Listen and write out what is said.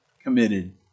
committed